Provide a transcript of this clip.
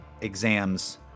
exams